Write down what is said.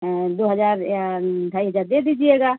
दो हज़ार या ढाई हज़ार दे दीजिएगा